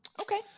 Okay